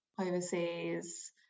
overseas